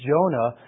Jonah